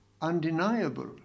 undeniable